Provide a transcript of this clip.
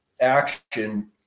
action